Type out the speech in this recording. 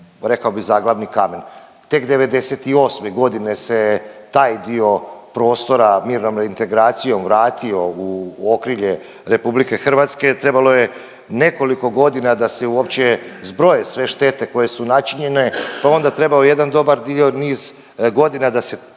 rekao bi zaglavni kamen, tek '98.g. se taj dio prostora mirnom reintegracijom vratio u okrilje RH, trebalo je nekoliko godina da se uopće zbroje sve štete koje su načinjene pa je onda trebao jedan dobar dio niz godina da se